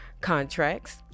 contracts